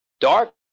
dark